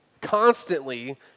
constantly